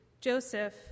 Joseph